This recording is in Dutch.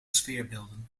sfeerbeelden